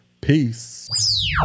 peace